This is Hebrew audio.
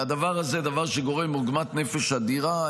הדבר הזה הוא דבר שגורם עוגמת נפש אדירה.